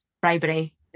bribery